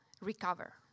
recover